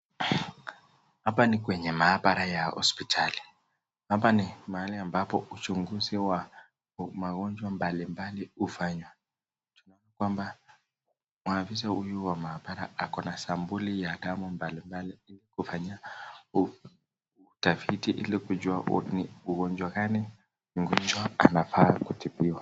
Hapa ni kwenye maabara ya hospitali. Hapa ni mahali ambapo uchunguzi wa magonjwa mbalimbali hufanywa. Tunaona kwamba maafisa huyu wa maabara ako na sampuli ya damu mbalimbali ili kufanyia utafiti ili kujua ni ugojwa gani mgonjwa anafaa kutibiwa.